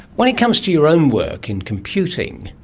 when it comes to your own work in computing,